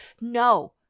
No